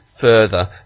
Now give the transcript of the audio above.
further